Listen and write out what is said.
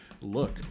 look